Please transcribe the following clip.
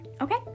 okay